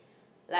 like